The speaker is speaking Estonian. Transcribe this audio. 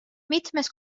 mitmes